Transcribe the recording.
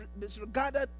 disregarded